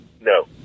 No